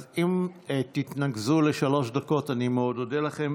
אז אם תתנקזו לשלוש דקות אני מאוד אודה לכם.